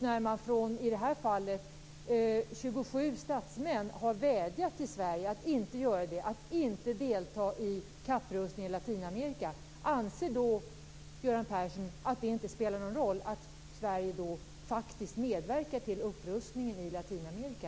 När man från i det här fallet 27 statsmän har vädjat till Sverige att inte göra det, att inte delta i kapprustningen i Latinamerika, anser Göran Persson att det inte spelar någon roll att Sverige faktiskt medverkar till upprustningen i Latinamerika?